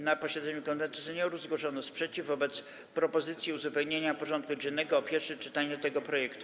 Na posiedzeniu Konwentu Seniorów zgłoszono sprzeciw wobec propozycji uzupełnienia porządku dziennego o pierwsze czytanie tego projektu.